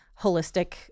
holistic